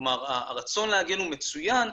כלומר הרצון להגן הוא מצוין,